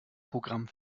programm